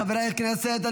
חברי הכנסת,